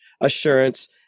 assurance